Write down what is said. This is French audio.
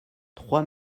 trois